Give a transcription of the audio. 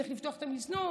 צריך לפתוח את המזנון,